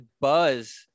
buzz